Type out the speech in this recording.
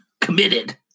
Committed